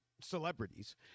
celebrities